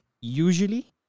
usually